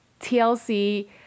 TLC